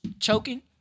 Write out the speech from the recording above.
choking